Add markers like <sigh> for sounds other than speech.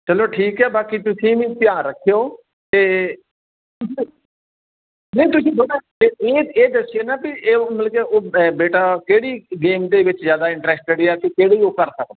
ਚਲੋ ਠੀਕ ਆ ਬਾਕੀ ਤੁਸੀਂ ਵੀ ਧਿਆਨ ਰੱਖਿਓ ਤੇ <unintelligible> ਨਹੀਂ ਤੁਸੀਂ <unintelligible> ਇ ਇਹ ਇਹ ਦੱਸਿਓ ਨਾ ਵੀ ਇਹ ਉਹ ਮਲਕੇ ਉਹ ਅ ਬੇਟਾ ਕਿਹੜੀ ਗੇਮ ਦੇ ਵਿੱਚ ਜ਼ਿਆਦਾ ਇੰਟਰਸਟਡ ਆ ਅਤੇ ਕਿਹੜੀ ਉਹ ਕਰ ਸਕਦਾ